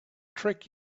trick